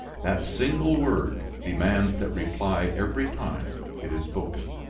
that single word demands that reply every time it is spoken,